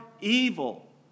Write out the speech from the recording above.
evil